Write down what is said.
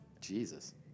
Jesus